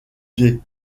des